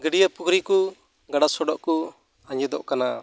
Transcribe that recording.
ᱜᱟᱹᱰᱭᱟᱹ ᱯᱩᱠᱷᱨᱤᱠᱩ ᱜᱟᱰᱟ ᱥᱚᱰᱚᱜᱠᱩ ᱟᱸᱡᱮᱫᱚᱜ ᱠᱟᱱᱟ